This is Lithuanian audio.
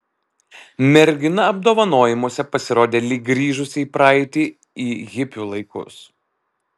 mergina apdovanojimuose pasirodė lyg grįžusi į praeitį į hipių laikus